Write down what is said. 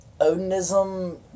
Odinism